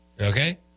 Okay